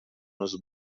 nos